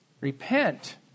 Repent